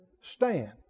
stand